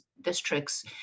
district's